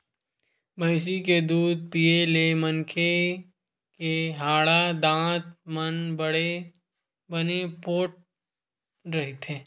भइसी के दूद पीए ले मनखे के हाड़ा, दांत मन बने पोठ रहिथे